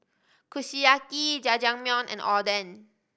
Kushiyaki Jajangmyeon and Oden